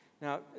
Now